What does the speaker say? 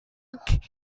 opened